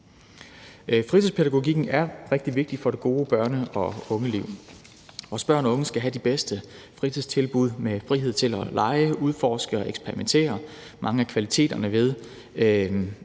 Fritidspædagogikken er rigtig vigtig for det gode børne- og ungeliv. Vores børn og unge skal have de bedste fritidstilbud med frihed til at lege, udforske og eksperimentere – mange af kvaliteterne ved